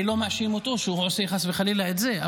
אני לא מאשים אותו שהוא עושה חס וחלילה את זה,